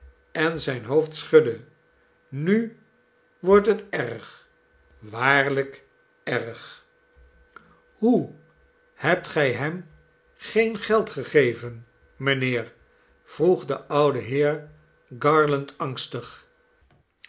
en zijn hoofd schudde nu wordt het erg waarlijk erg u nelly hoe hebt gij hem geen geldgegeven mijnheer vroeg de oude heer garland angstig